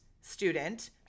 student